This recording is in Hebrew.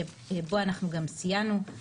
שבו אנחנו גם סייענו,